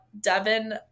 Devin